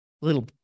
little